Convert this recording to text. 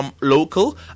local